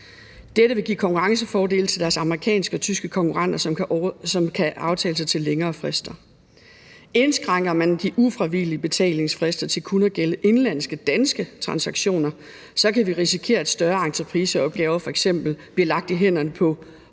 Dette ville give konkurrencefordele til deres amerikanske og tyske konkurrenter, som kunne aftale sig til længere frister. Indskrænker man de ufravigelige betalingsfrister til kun at gælde indenlandske, danske transaktioner, kan vi risikere, at f.eks. større entrepriseopgaver bliver lagt i hænderne på